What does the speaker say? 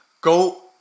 Go